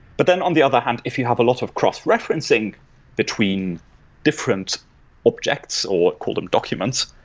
but then, on the other hand, if you have a lot of cross-referencing between different objects, or call them documents,